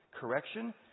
Correction